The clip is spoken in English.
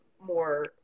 more